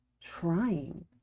trying